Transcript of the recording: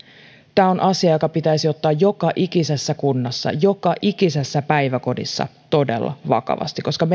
tämä on asia joka pitäisi ottaa joka ikisessä kunnassa joka ikisessä päiväkodissa todella vakavasti koska